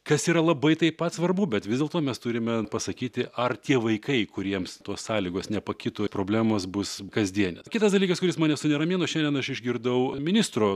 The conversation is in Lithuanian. kas yra labai taip pat svarbu bet vis dėlto mes turime pasakyti ar tie vaikai kuriems tos sąlygos nepakito problemos bus kasdienės kitas dalykas kuris mane suneramino šiandien aš išgirdau ministro